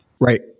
Right